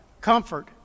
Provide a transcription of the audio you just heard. Comfort